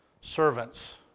servants